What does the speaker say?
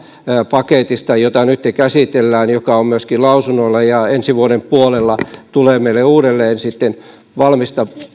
paketista jota nytten käsitellään ja joka on myöskin lausunnoilla ja ensi vuoden puolella tulee meille uudelleen sitten valmista